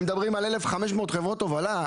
אם מדברים על 1,500 חברות הובלה,